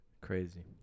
Crazy